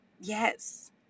Yes